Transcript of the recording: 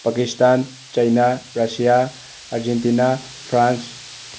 Pakistan China Russia Argentina France